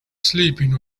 sleeping